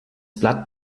blatt